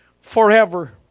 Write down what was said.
forever